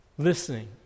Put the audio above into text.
Listening